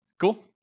Cool